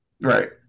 right